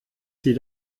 sie